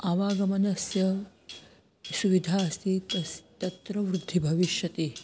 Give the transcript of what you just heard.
आवागमनस्य सुविधा अस्ति तस् तत्र वृद्धिः भविष्यति